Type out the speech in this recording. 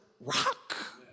rock